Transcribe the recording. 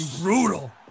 brutal